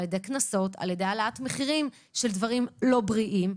קנסות והעלאת מחירים של דברים לא בריאים.